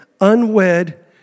unwed